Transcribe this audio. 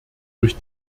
durch